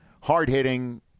hard-hitting